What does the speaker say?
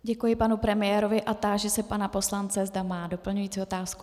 Děkuji panu premiérovi a táži se pana poslance, zda má doplňující otázku.